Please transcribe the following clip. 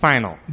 Final